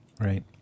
Right